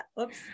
Oops